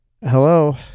Hello